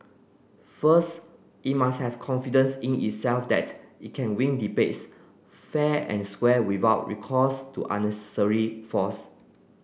first it must have confidence in itself that it can win debates fair and square without recourse to unnecessary force